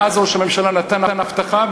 ואז ראש הממשלה נתן הבטחה,